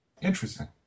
Interesting